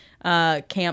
Camp